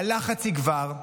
הלחץ יגבר,